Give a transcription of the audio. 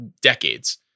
decades